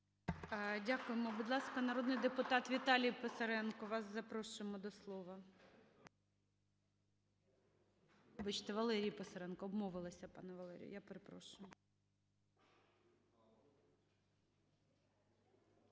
Дякуємо. Будь ласка, народний депутат Віталій Писаренко, вас запрошуємо до слова. Вибачте, Валерій Писаренко. Обмовилася, пане Валерій. Я перепрошую.